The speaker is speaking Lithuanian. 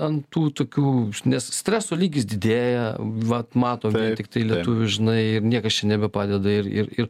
ant tų tokių nes streso lygis didėja vat matom tiktai lietuvių žinai niekas čia nebepadeda ir ir ir